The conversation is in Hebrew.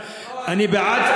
אני בעד,